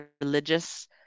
religious